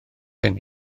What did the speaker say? gen